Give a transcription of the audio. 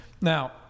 Now